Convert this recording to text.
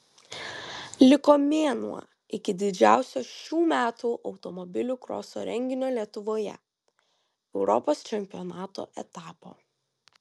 liko mėnuo iki didžiausio šių metų automobilių kroso renginio lietuvoje europos čempionato etapo